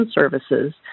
services